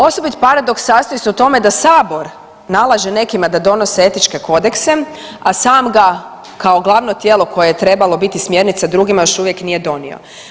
Osobit paradoks sastoji se u tome da sabor nalaže nekima da donose etičke kodekse, a sam ga kao glavno tijelo koje je trebalo biti smjernica drugima još uvijek nije donio.